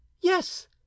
yes